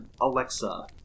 Alexa